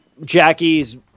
Jackie's